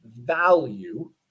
value